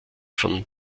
von